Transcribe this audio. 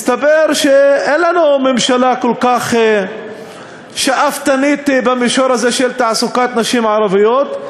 מסתבר שאין לנו ממשלה כל כך שאפתנית במישור הזה של תעסוקת נשים ערביות.